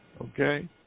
Okay